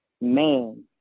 man